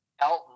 Elton